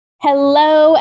Hello